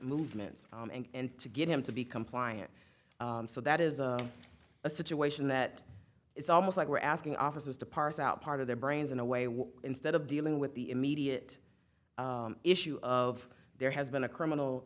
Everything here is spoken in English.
movements and to get him to be compliant so that is a situation that it's almost like we're asking officers to parse out part of their brains in a way instead of dealing with the immediate issue of there has been a criminal